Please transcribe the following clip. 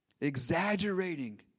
Exaggerating